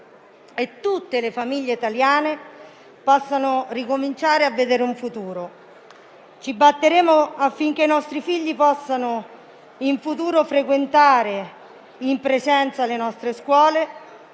e tutte le famiglie italiane possano ricominciare a vedere un futuro. Ci batteremo affinché i nostri figli possano in futuro frequentare in presenza le nostre scuole,